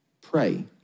pray